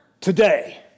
today